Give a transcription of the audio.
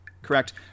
Correct